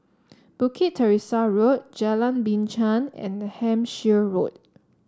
Bukit Teresa Road Jalan Binchang and Hampshire Road